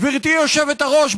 גברתי היושבת-ראש,